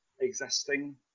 existing